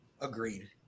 Agreed